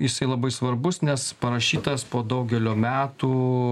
jisai labai svarbus nes parašytas po daugelio metų